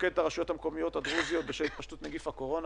הפוקד את הרשויות המקומיות הדרוזיות בשל התפשטות נגיף הקורונה.